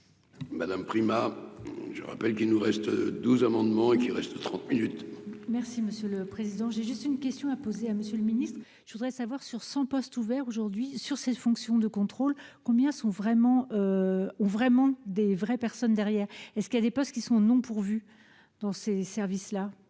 Madame Prima, je rappelle qu'il nous reste 12 amendements qui reste trente minutes. Merci monsieur le président, j'ai juste une question à poser à Monsieur le Ministre, je voudrais savoir, sur 100 postes ouverts aujourd'hui sur cette fonction de contrôle combien sont vraiment ou vraiment des vraies personnes derrière et ce qu'il y a des postes qui sont non pourvus dans ces services là.